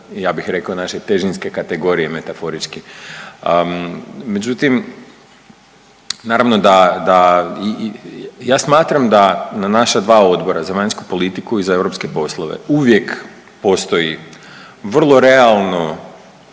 ja bih rekao naše težinske kategorije metaforički. Međutim, naravno da ja smatram da naša dva odbora za vanjsku politiku i za europske poslove uvijek postoji vrlo realno